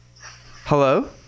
Hello